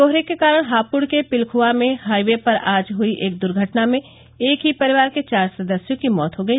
कोहरे के कारण हापुड़ के पिलखुवा में हाइवे पर आज हुई एक दुर्घटना में एक ही परिवार के चार सदस्यों की मौत हो गई